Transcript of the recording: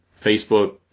Facebook